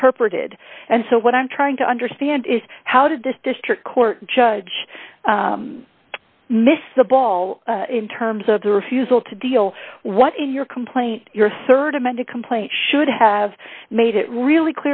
interpreted and so what i'm trying to understand is how did this district court judge miscible in terms of their refusal to deal what in your complaint your rd amended complaint should have made it really